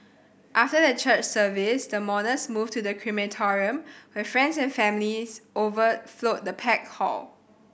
after the church service the mourners moved to the crematorium where friends and families overflowed the packed hall